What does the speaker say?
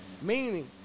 meaning